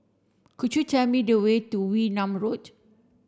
could you tell me the way to Wee Nam Road